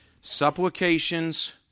supplications